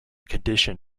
condition